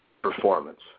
performance